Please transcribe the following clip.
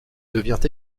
devient